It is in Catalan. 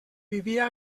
vivia